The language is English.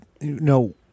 No